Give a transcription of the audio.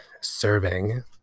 serving